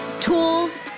tools